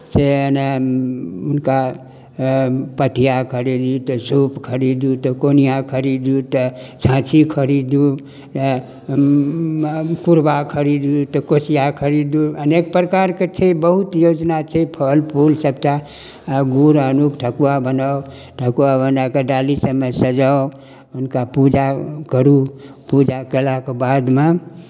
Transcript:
से नया हुनका पथिआ खरीदू तऽ सूप खरीदू तऽ कोनिआँ खरीदू तऽ छाँछी खरीदू हँ कुरबा खरीदू तऽ कोशिया खरीदू अनेक प्रकार छै बहुत योजना छै फल फूल सभटा आ गुड़ आनू ठकुआ बनाउ ठकुआ बनाए कऽ डाली सभमे सजाउ हुनका पूजा करू पूजा कयलाके बादमे